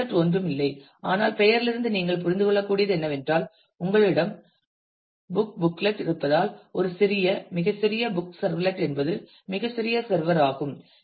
servlet ஒன்றும் இல்லை ஆனால் பெயரிலிருந்து நீங்கள் புரிந்து கொள்ளக்கூடியது என்னவென்றால் உங்களிடம் புக் புக்லேட் இருப்பதால் ஒரு சிறிய மிகச் சிறிய புக் சர்வ்லெட் என்பது மிகச் சிறிய சர்வர் ஆகும்